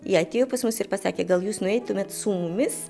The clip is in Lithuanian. jie atėjo pas mus ir pasakė gal jūs nueitumėte su mumis